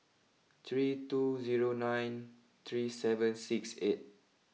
three two zero nine three seven six eight